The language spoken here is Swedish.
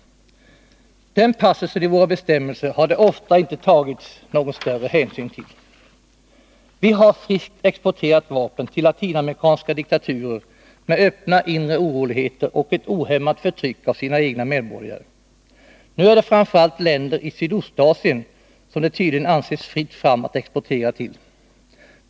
Den passusen i våra bestämmelser har det ofta inte tagits någon större hänsyn till. Vi har friskt exporterat vapen till latinamerikanska diktaturer med öppna inre oroligheter och ett ohämmat förtryck av sina egna medborgare. Nu är det framför allt länder i Sydostasien som det tydligen anses fritt fram att exportera till.